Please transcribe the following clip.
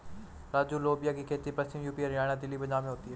राजू लोबिया की खेती पश्चिमी यूपी, हरियाणा, दिल्ली, पंजाब में होती है